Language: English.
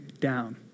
down